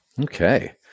Okay